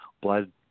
Blood